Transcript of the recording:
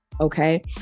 Okay